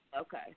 Okay